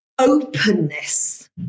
openness